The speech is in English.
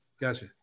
Gotcha